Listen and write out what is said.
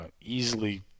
easily